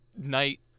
night